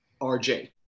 RJ